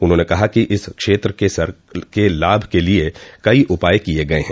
उन्होंने कहा कि इस क्षेत्र के लाभ के लिए कई उपाय किए गए हैं